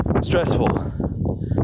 stressful